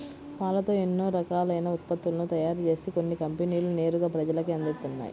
పాలతో ఎన్నో రకాలైన ఉత్పత్తులను తయారుజేసి కొన్ని కంపెనీలు నేరుగా ప్రజలకే అందిత్తన్నయ్